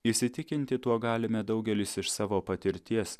įsitikinti tuo galime daugelis iš savo patirties